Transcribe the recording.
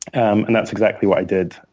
um and that's exactly what i did.